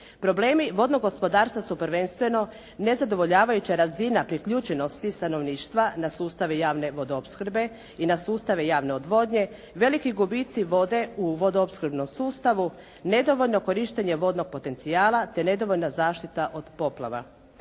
Problemi vodnog gospodarstva su prvenstveno nezadovoljavajuća razina priključenosti stanovništva na sustave javne vodoopskrbe i na sustave javne odvodnje, veliki gubici vode u vodoopskrbnom sustavu nedovoljno korištenje vodnog potencijala te nedovoljna zaštita od poplava.